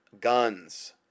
guns